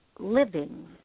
living